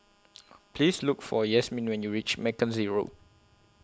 Please Look For Yasmine when YOU REACH Mackenzie Road